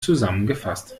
zusammengefasst